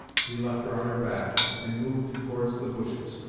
he left her on her back, and moved towards the bushes,